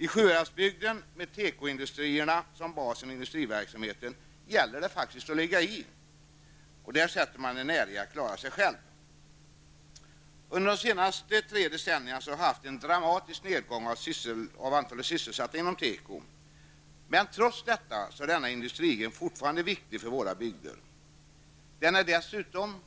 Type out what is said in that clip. I Sjuhäradsbygden, med tekoindustrierna som bas i industriverksamheten, gäller det faktiskt att ligga i. Där sätter man en ära i att klara sig själv. Under de senaste tre decennierna har vi haft en dramatisk nedgång av antalet sysselsatta inom teko. Trots detta är denna industrigren fortfarande viktig för våra bygder. Den är dessutom,